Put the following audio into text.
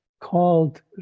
called